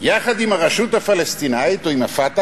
עם הרשות הפלסטינית או עם ה"פתח"